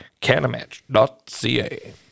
Canamatch.ca